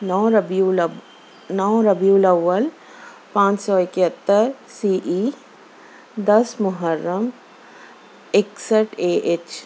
نو ربیع الاو نو ربیع الاول پانچ سو اکہتر سی ای دس محرم اکسٹھ اے ایچ